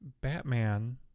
Batman